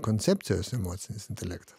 koncepcijos emocinis intelektas